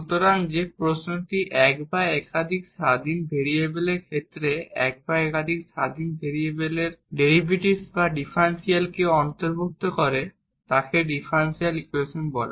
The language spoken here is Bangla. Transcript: সুতরাং যে প্রশ্নটি এক বা একাধিক ইন্ডিপেন্ডেট ভেরিয়েবলের ক্ষেত্রে এক বা একাধিক ইন্ডিপেন্ডেট ভেরিয়েবলের ডেরিভেটিভস বা ডিফারেনশিয়ালকে অন্তর্ভুক্ত করে তাকে ডিফারেনশিয়াল ইকুয়েশন বলে